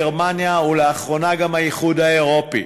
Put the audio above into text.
גרמניה ולאחרונה גם האיחוד האירופי.